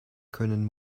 können